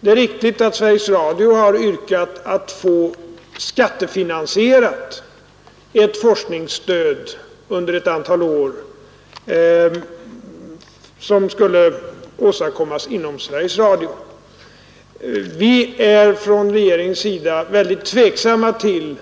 Det är riktigt att Sveriges Radio har yrkat på ett skattefinansierat forskningsstöd. Vi är från regeringens sida väldigt tveksamma till